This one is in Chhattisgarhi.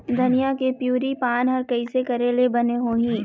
धनिया के पिवरी पान हर कइसे करेले बने होही?